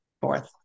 Fourth